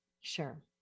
Sure